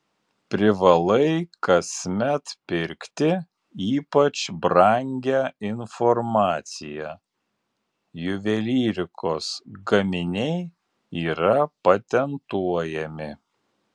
privalai kasmet pirkti ypač brangią informaciją juvelyrikos gaminiai yra patentuojami